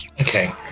Okay